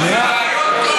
שנייה אחת.